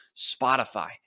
Spotify